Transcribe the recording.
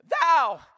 thou